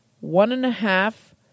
one-and-a-half